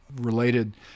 related